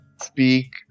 Speak